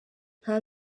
nta